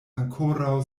ankoraŭ